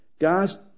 Guys